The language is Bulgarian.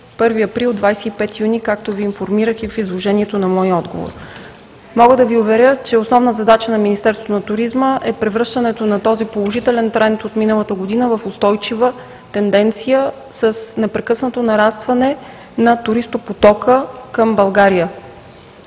1 април – 25 юни, както Ви информирах и в изложението на моя отговор. Мога да Ви уверя, че основна задача на Министерството на туризма е превръщането на този положителен тренд от миналата година в устойчива тенденция с непрекъснато нарастване на туристопотока към България